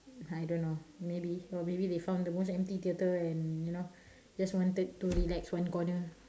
I don't know maybe or maybe they found the most empty theater and you know just wanted to relax one corner